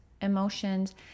emotions